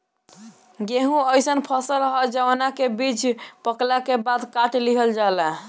गेंहू अइसन फसल ह जवना के बीज पकला के बाद काट लिहल जाला